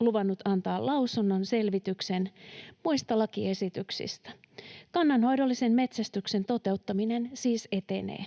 luvannut antaa selvityksen muista lakiesityksistä. Kannanhoidollisen metsästyksen toteuttaminen siis etenee.